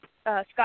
Scott